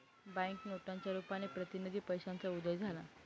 bank नोटांच्या रुपाने प्रतिनिधी पैशाचा उदय झाला